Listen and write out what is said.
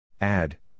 Add